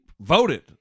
voted